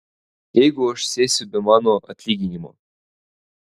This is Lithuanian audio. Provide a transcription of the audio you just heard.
jeigu aš sėsiu be mano atlyginimo